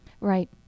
Right